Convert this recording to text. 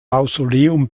mausoleum